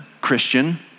Christian